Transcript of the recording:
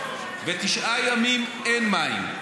ותשעה ימים אין מים.